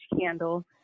candle